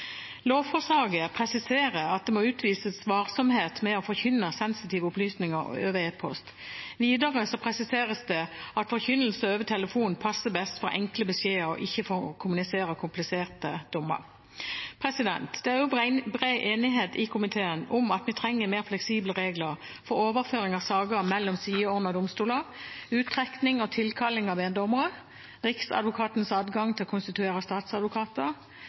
Lovforslaget presiserer at det må utvises varsomhet med å forkynne sensitive opplysninger over e-post. Videre presiseres det at forkynnelse over telefon passer best for enkle beskjeder og ikke for å kommunisere kompliserte dommer. Det er også bred enighet i komiteen om at vi trenger mer fleksible regler for overføring av saker mellom sideordnede domstoler, uttrekning og tilkalling av meddommere, Riksadvokatens adgang til å konstituere statsadvokater,